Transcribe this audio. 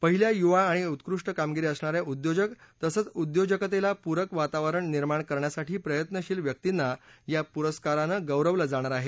पहिल्या युवा आणि उत्कृष्ट कामगिरी असणारे उद्योजक तसंच उद्योजकतेला पुरक वातावरण निर्माण करण्यासाठी प्रत्यनशील व्यक्तींना या पुरस्कारांनी गौरवलं जाणार आहे